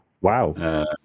Wow